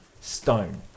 stone